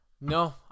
no